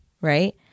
right